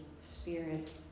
Spirit